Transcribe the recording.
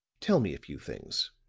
tell me a few things.